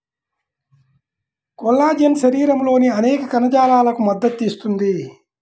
collagen శరీరంలోని అనేక కణజాలాలకు మద్దతు ఇస్తుంది